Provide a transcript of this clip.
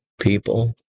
people